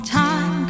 time